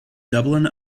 dublin